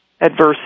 adversity